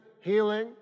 healing